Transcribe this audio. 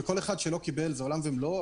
וכל אחד שלא קיבל הוא עולם ומלואו.